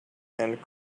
and